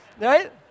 Right